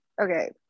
Okay